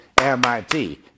MIT